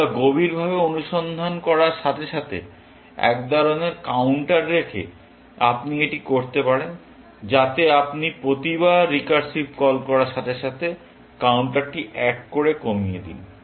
আপনি গভীরভাবে অনুসন্ধান করার সাথে সাথে এক ধরণের কাউন্টার রেখে আপনি এটি করতে পারেন যাতে আপনি প্রতিবার রিকার্সিভ কল করার সাথে সাথে কাউন্টারটি 1 করে কমিয়ে দিন